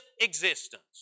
existence